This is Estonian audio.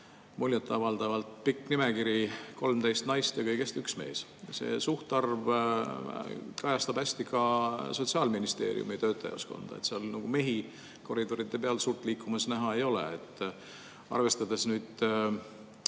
muljetavaldavalt pikk nimekiri, 13 naist ja kõigest üks mees. See suhtarv kajastab hästi ka Sotsiaalministeeriumi töötajaskonda. Seal mehi koridoride peal suurt liikumas näha ei ole. Arvestades nüüd